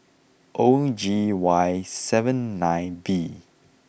O G Y seven nine B